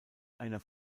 einer